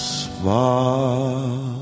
smile